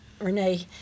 Renee